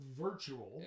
Virtual